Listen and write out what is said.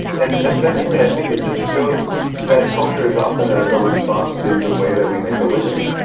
and and secondly i think it just shows that culture is often ah a response to the way that we make a living.